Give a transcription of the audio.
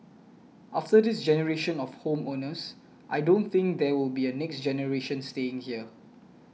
after this generation of home owners I don't think there will be a next generation staying here